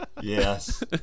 yes